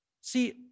See